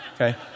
Okay